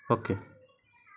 okay